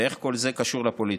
ואיך כל זה קשור לפוליטיקה?